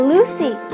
Lucy